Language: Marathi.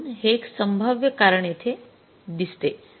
म्हणून ते एक संभाव्य कारण येथे दिसते